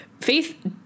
Faith